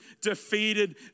defeated